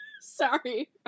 Sorry